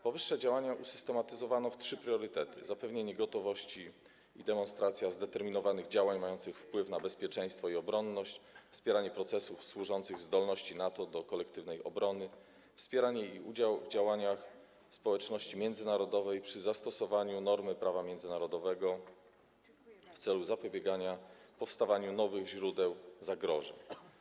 Powyższe działania usystematyzowano w trzy priorytety: zapewnienie gotowości i demonstracja zdeterminowanych działań mających wpływ na bezpieczeństwo i obronność, wspieranie procesów służących zdolności NATO do kolektywnej obrony, wspieranie i udział w działaniach społeczności międzynarodowej przy zastosowaniu normy prawa międzynarodowego w celu zapobiegania powstawaniu nowych źródeł zagrożeń.